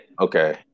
Okay